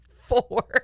Four